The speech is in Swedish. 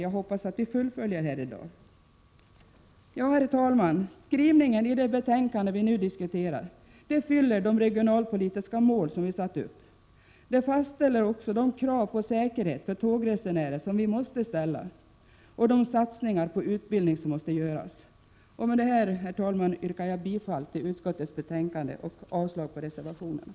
Jag hoppas att vi fullföljer detta här i dag. Herr talman! Skrivningen i det betänkande vi nu diskuterar uppfyller både de regionalpolitiska mål som vi satt upp och fastställer de krav som vi måste ställa på säkerhet för tågresenärer. Dessutom tillgodoses de satsningar på utbildning som måste göras. Herr talman! Jag yrkar bifall till hemställan i utskottets betänkande och avslag på reservationerna.